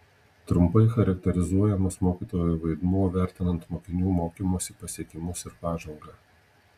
trumpai charakterizuojamas mokytojo vaidmuo vertinant mokinių mokymosi pasiekimus ir pažangą